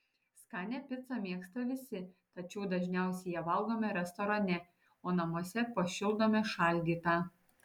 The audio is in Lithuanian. skanią picą mėgsta visi tačiau dažniausiai ją valgome restorane o namuose pašildome šaldytą